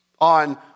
on